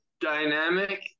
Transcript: dynamic